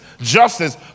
justice